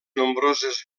nombroses